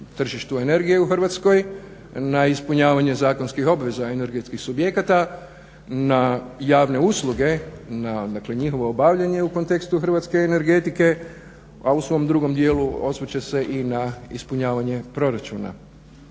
na tržištu energije u Hrvatskoj na ispunjavanju zakonskih obveza energetskih subjekata, na javne usluge na njihovo obavljanje u kontekstu hrvatske energetike, a u svom drugom dijelu osvrće se i na ispunjavanje proračuna.